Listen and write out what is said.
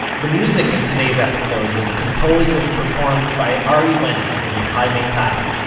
the music in today's episode was composed and performed by ari wenig and yochai maital.